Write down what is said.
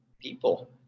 people